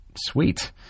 sweet